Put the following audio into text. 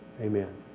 Amen